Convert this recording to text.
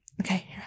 Okay